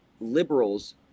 liberals